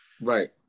Right